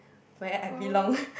where I belong